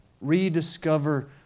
Rediscover